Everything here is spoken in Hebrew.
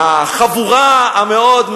החבורה המאוד,